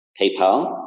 PayPal